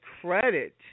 credit